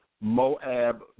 Moab